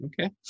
okay